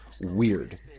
weird